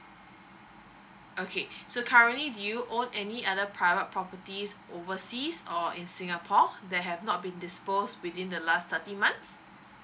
okay so currently do you own any other private properties overseas or in singapore that have not been disposed within the last thirty months